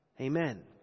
Amen